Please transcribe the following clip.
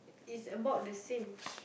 is about the sing